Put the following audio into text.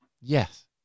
Yes